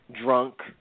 drunk